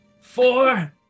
Four